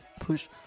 push